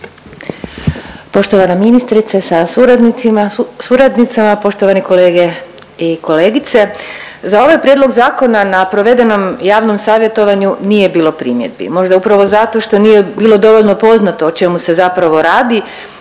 Poštovana ministrice sa suradnicama, poštovani kolege i kolegice. Za ovaj prijedlog zakona na provedenom javnom savjetovanju nije bilo primjedbi. Možda upravo zato što nije bilo dovoljno poznato o čemu se zapravo radi,